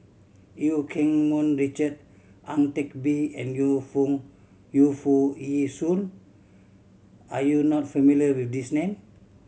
Eu Keng Mun Richard Ang Teck Bee and Yu Feng Yu Foo Yee Shoon are you not familiar with these name